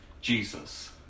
Jesus